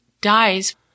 dies